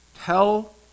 tell